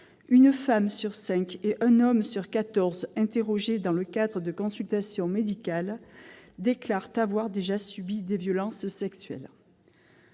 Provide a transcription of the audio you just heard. une femme sur cinq et un homme sur quatorze interrogés dans le cadre de consultations médicales déclarent avoir déjà subi des violences sexuelles.